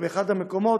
באחד המקומות,